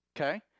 okay